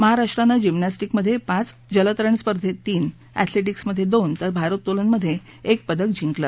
महाराष्ट्रान जिमनॉसिक्समधे पाच जलतरण स्पर्धेत तीन अॅथलेिक्समधे दोन तर भारोत्तोलनमधे एक पदक जिंकलं